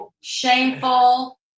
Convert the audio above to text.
shameful